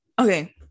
okay